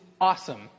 awesome